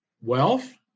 Wealth